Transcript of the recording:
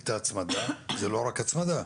את ההצמדה וזה לא רק הצמדה.